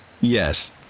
Yes